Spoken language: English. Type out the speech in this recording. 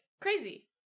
Crazy